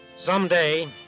Someday